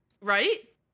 Right